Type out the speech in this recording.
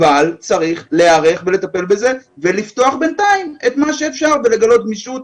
אבל צריך להיערך ולטפל בזה ולפתוח בינתיים את מה שאפשר ולגלות גמישות.